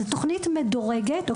זו תוכנית מדורגת.